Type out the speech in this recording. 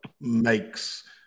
makes